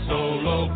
Solo